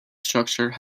structure